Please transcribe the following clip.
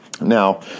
Now